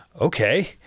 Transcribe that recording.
okay